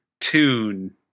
Tune